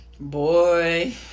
boy